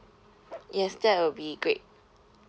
yes that will be great